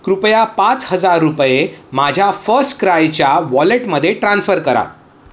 कृपया पाच हजार रुपये माझ्या फस्टक्रायच्या वॉलेटमध्ये ट्रान्स्फर करा